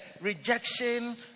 rejection